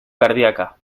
cardíaca